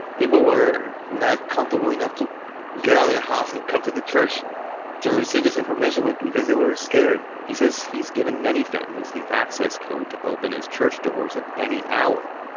people were not comfortable enough to get out of the house and come to the church to receive this information but because they were scared. he said he's given many families the access code to open his church doors at any hour.